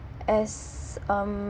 as um